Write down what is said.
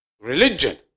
religion